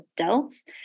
adults